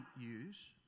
use